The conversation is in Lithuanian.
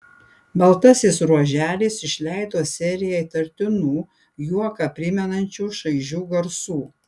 baltasis ruoželis išleido seriją įtartinų juoką primenančių šaižių garsų